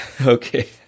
Okay